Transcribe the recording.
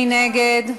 מי נגד?